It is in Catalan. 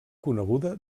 coneguda